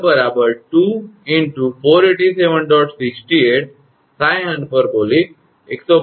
તેથી 𝑙 2 × 487